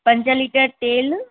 पंज लिटर तेल